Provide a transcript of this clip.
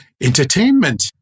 Entertainment